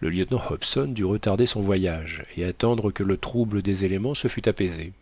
le lieutenant hobson dut retarder son voyage et attendre que le trouble des éléments se fût apaisé